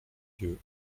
yeux